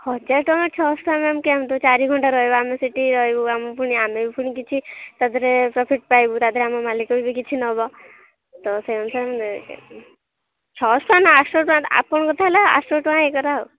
ହଜାରେ ଟଙ୍କା ଛଅ ଶହ ଟଙ୍କା ମ୍ୟାମ୍ କେମିତି ଚାରି ଘଣ୍ଟା ରହିବ ଆମେ ସେଇଠି ରହିବୁ ଆମେ ପୁଣି ଆମେ ବି ପୁଣି କିଛି ତା ଦେହରେ କିଛି ପ୍ରଫିଟ୍ ପାଇବୁ ତା ଦେହରେ ଆମ ମାଲିକ ବି କିଛି ନେବ ତ ସେଇ ଅନୁସାରେ ଆମେ ଛଅଶହ ଟଙ୍କା ନାଁ ଆଠ ଶହ ଟଙ୍କା ଆପଣଙ୍କ କଥା ହେଲା ଆଠ ଶହ ଟଙ୍କା ଇଏ କର ଆଉ